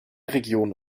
regionen